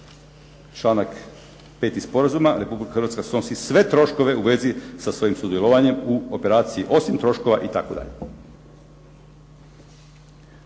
Članak 5. sporazuma, Republika Hrvatska snosi sve troškove u vezi sa svojim sudjelovanjem u operaciji, osim troškova itd.